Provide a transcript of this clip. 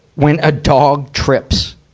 when a dog trips.